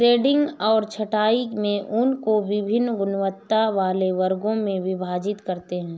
grading और छँटाई में ऊन को वभिन्न गुणवत्ता वाले वर्गों में विभाजित करते हैं